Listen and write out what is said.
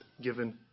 given